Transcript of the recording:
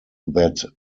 that